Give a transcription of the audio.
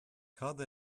cad